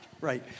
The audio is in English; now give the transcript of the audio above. Right